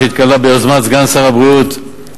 ביוזמת סגן שר הבריאות,